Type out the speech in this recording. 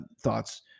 thoughts